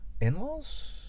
in-laws